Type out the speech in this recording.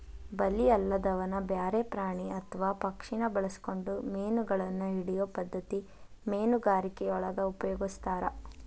ಬಲಿ ಅಲ್ಲದನ ಬ್ಯಾರೆ ಪ್ರಾಣಿ ಅತ್ವಾ ಪಕ್ಷಿನ ಬಳಸ್ಕೊಂಡು ಮೇನಗಳನ್ನ ಹಿಡಿಯೋ ಪದ್ಧತಿ ಮೇನುಗಾರಿಕೆಯೊಳಗ ಉಪಯೊಗಸ್ತಾರ